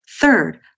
Third